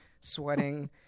sweating